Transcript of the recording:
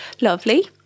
lovely